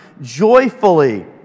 joyfully